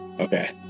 Okay